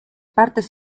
partes